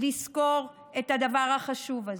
לזכור את הדבר החשוב הזה.